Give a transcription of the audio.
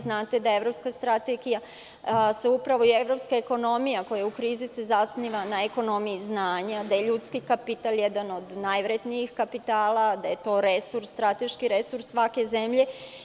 Znate da evropska strategija, evropska ekonomija koja je u krizi, se zasniva na ekonomiji znanja, da je ljudski kapital jedan od najvrednijih kapitala, da je to strateški resurs svake zemlje.